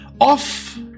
off